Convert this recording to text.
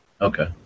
Okay